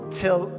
till